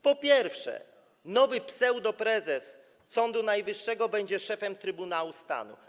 Po pierwsze, nowy pseudoprezes Sądu Najwyższego będzie szefem Trybunału Stanu.